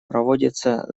проводится